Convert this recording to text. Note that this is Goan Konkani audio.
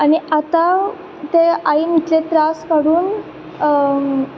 आनी आतां ते आईन इतले त्रास काडून